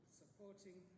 supporting